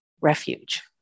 refuge